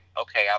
okay